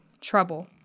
Trouble